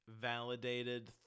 validated